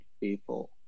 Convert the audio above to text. people